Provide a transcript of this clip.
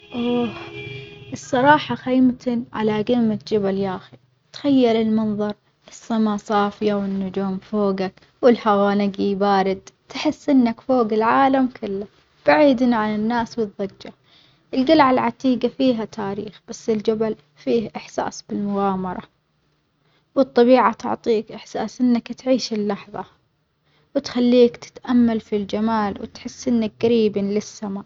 أوه الصراحة خيمة على جمة جبل ياخي، تخيل المنظر السما صافية والنجوم فوجك والهوا نجي بارد، تحس إنك فوج العالم كله بعيد عن الناس والظجة، الجلعة العتيجة فيها تاريخ بس الجبل فيه إحساس بالمغامرة، والطبيعة تعطيك إحساس إنك تعيش اللحظة وتخليك تتأمل في الجمال وتحس إنك جريب للسما.